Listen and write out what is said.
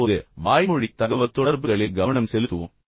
தற்போது வாய்மொழி தகவல்தொடர்புகளில் கவனம் செலுத்துவோம்